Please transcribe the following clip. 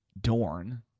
dorn